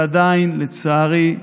ועדיין, לצערי,